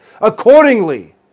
Accordingly